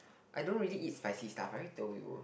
I don't really eat spicy stuff I already told you